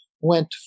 went